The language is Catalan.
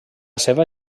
seva